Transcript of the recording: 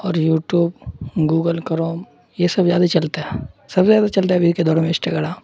اور YouTube Google Chrome یہ سب زیادہ چلتا ہے سب زیادہ چلتا ہے ابھی کے دور میں اسٹاگڑام